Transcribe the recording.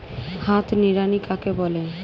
হাত নিড়ানি কাকে বলে?